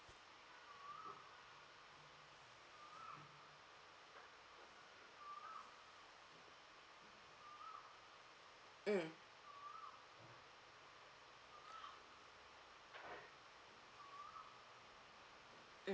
mm